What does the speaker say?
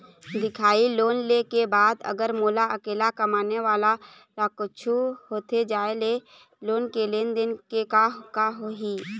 दिखाही लोन ले के बाद अगर मोला अकेला कमाने वाला ला कुछू होथे जाय ले लोन के लेनदेन के का होही?